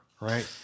right